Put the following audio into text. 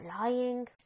lying